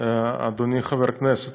אדוני חבר הכנסת,